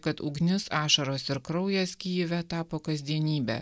kad ugnis ašaros ir kraujas kijeve tapo kasdienybe